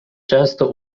często